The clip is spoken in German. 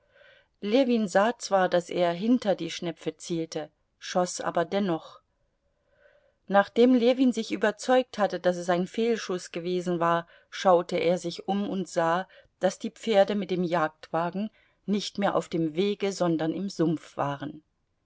ljewin sah zwar daß er hinter die schnepfe zielte schoß aber dennoch nachdem ljewin sich überzeugt hatte daß es ein fehlschuß gewesen war schaute er sich um und sah daß die pferde mit dem jagdwagen nicht mehr auf dem wege sondern im sumpf waren